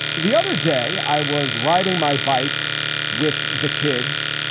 the other day i was riding my bike with the kids.